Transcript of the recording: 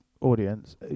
audience